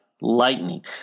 lightning